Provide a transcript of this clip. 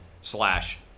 slash